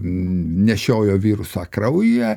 nešiojo virusą kraujyje